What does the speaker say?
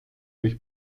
mich